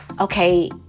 okay